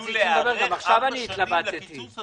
היו להם ארבע שנים להיערך לקיצוץ הזה.